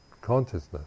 consciousness